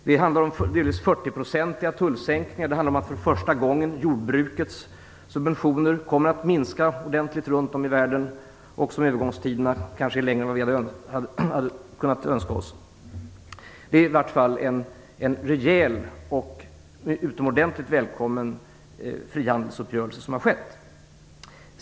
Det handlar om delvis 40 procentiga tullsänkningar, och det handlar om att jordbrukets subventioner för första gången kommer att minska ordentligt runt om i världen, även om övergångstiderna kanske är längre än vad vi skulle ha önskat oss. Det är i varje fall en rejäl och utomordentligt välkommen frihandelsuppgörelse som har träffats.